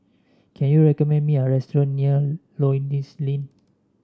can you recommend me a restaurant near Lloyds Inn